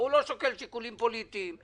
הוא לא שוקל שיקולים פוליטיים.